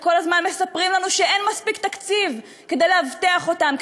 שכל הזמן מספרים לנו שאין מספיק תקציב כדי לאבטח אותם,